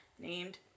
Named